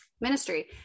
ministry